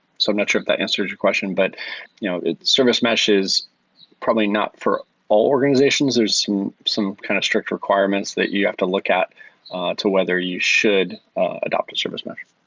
so not sure if that answers your question, but you know service mesh is probably not for all organizations. there's some some kind of strict requirements that you have to look at to whether you should adapt a service mesh.